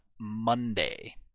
Monday